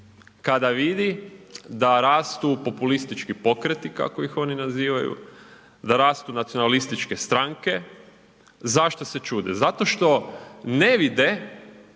kada vidi da rastu populistički pokreti kako ih oni nazivaju, da rastu nacionalističke stranke. Zašto se čude? Zato što ne vide,